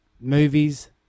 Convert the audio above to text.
movies